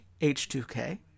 H2K